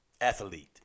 athlete